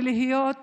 ולהיות